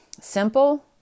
simple